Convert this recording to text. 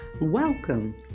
welcome